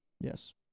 Yes